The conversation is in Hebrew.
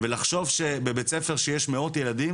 ולחשוב שבבית ספר שיש מאות ילדים